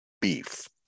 beef